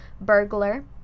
burglar